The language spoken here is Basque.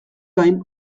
gain